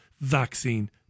vaccine